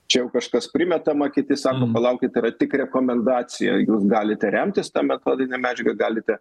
čia jau kažkas primetama kiti sako palaukit yra tik rekomendacija jūs galite remtis ta metodine medžiaga galite